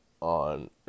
on